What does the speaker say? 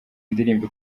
indirimbo